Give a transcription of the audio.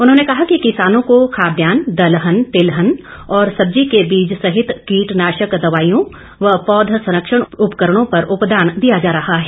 उन्होंने कहा कि किसानों को खाद्यान दलहन तिलहन और सब्जी के बीज सहित कीटनाशक दवाईयों व पौध संरक्षण उपकरणों पर उपदान दिया जा रहा है